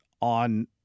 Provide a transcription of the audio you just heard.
on